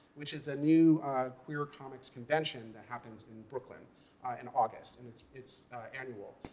which is a new queer comics convention that happens in brooklyn in august, and it's it's annual.